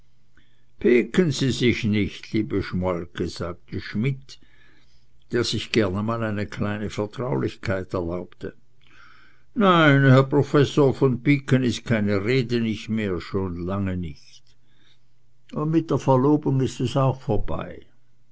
pieken sie sich nicht liebe schmolke sagte schmidt der sich gern einmal eine kleine vertraulichkeit erlaubte nein herr professor von pieken is keine rede nich mehr schon lange nich un mit der verlobung is es auch vorbei